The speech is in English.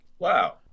Wow